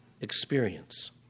experience